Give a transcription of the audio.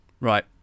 Right